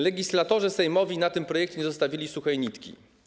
Legislatorzy sejmowi na tym projekcie nie zostawili suchej nitki.